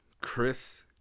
Chris